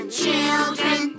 children